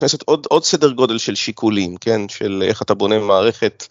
עוד סדר גודל של שיקולים, כן, של איך אתה בונה מערכת.